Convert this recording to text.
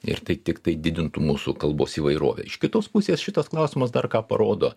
ir tai tiktai didintų mūsų kalbos įvairovę iš kitos pusės šitas klausimas dar ką parodo